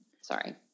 Sorry